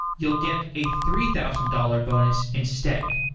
you'll get a three thousand dollars bonus instead.